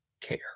care